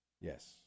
Yes